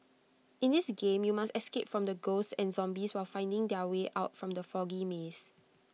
in this game you must escape from the ghosts and zombies while finding their way out from the foggy maze